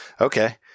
okay